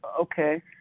okay